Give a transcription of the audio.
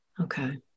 Okay